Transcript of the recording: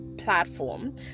platform